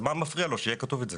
אז מה מפריע לו שיהיה כתוב את זה?